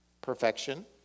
perfection